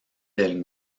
del